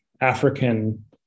African